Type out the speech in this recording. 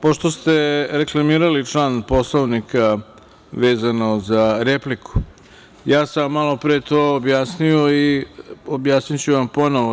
Pošto ste reklamirali član Poslovnika vezano za repliku, ja sam vam malopre to objasnio i objasniću vam ponovo.